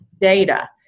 data